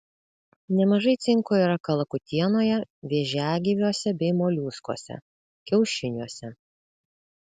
nemažai cinko yra kalakutienoje vėžiagyviuose bei moliuskuose kiaušiniuose